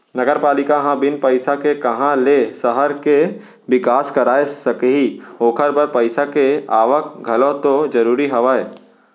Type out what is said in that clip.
नगरपालिका ह बिन पइसा के काँहा ले सहर के बिकास कराय सकही ओखर बर पइसा के आवक घलौ तो जरूरी हवय